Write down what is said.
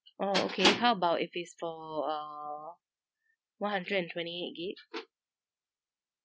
oh okay how about if it's for uh one hundred and twenty eight gig